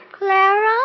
Clara